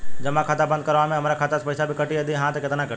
जमा खाता बंद करवावे मे हमरा खाता से पईसा भी कटी यदि हा त केतना कटी?